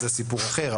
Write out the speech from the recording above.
זה סיפור אחר,